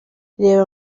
reba